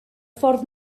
ffordd